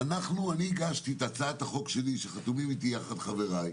אני הגשתי הצעת חוק שחתומים עליה גם חבריי,